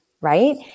right